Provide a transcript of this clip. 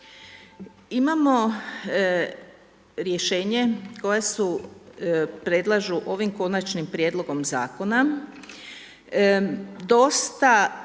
Imamo rješenje koja se predlažu ovim konačnim prijedlogom zakon,